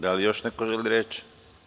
Da li još neko želi reč?